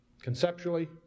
conceptually